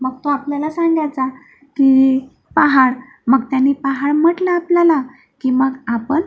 मग तो आपल्याला सांगायचा की पहाड मग त्याने पहाड म्हटलं आपल्याला की मग आपण